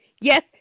Yes